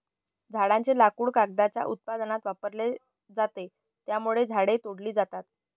झाडांचे लाकूड कागदाच्या उत्पादनात वापरले जाते, त्यामुळे झाडे तोडली जातात